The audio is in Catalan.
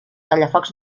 tallafocs